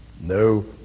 no